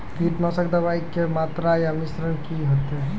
कीटनासक दवाई के मात्रा या मिश्रण की हेते?